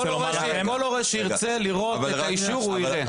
כל הורה שירצה לראות את האישור, הוא יראה.